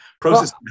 process